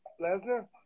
Lesnar